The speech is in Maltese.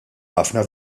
ħafna